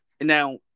now